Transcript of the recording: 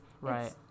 Right